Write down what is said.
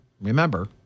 Remember